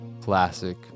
classic